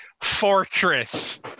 fortress